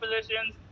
positions